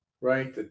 right